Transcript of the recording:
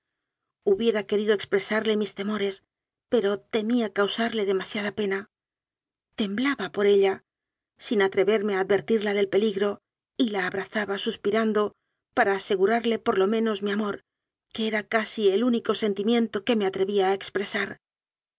hubiera querido expresarle mis temo res pero temía causarle demasiada pena tembla ba por ella sin atreverme a advertirla del peligro y la abrazaba suspirando para asegurarle por lo menos mi amor que era casi el único sentimien to que me atrevía a expresar